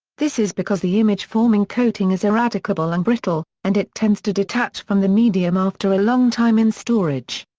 this is because the image-forming coating is eradicable and brittle, and it tends to detach from the medium after a long time in storage.